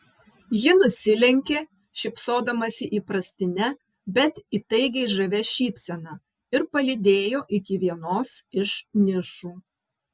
ji nusilenkė šypsodamasi įprastine bet įtaigiai žavia šypsena ir palydėjo iki vienos iš nišų